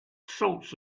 sorts